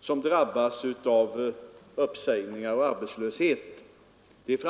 som drabbas av uppsägningar och arbetslöshet.